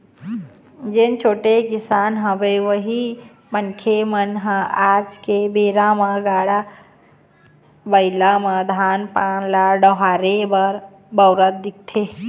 जेन छोटे किसान हवय उही मनखे मन ह आज के बेरा म गाड़ा बइला म धान पान ल डोहारे बर बउरत दिखथे